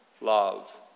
love